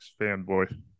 fanboy